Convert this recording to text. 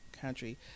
country